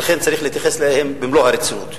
ולכן צריך להתייחס אליהם במלוא הרצינות.